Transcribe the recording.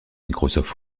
microsoft